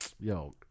Yo